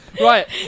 right